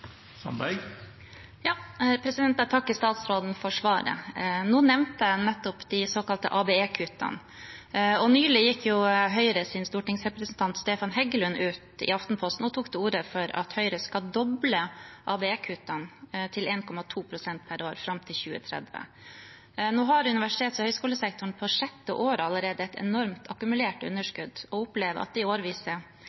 Jeg takker statsråden for svaret. Nå nevnte jeg nettopp de såkalte ABE-kuttene. Nylig gikk Høyres stortingsrepresentant Stefan Heggelund ut i Aftenposten og tok til orde for at Høyre skal doble ABE-kuttene til 1,2 pst. per år fram til 2030. Nå har universitets- og høyskolesektoren på sjette året allerede et enormt akkumulert